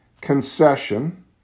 concession